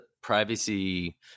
privacy